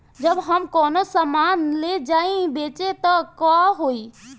जब हम कौनो सामान ले जाई बेचे त का होही?